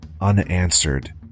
unanswered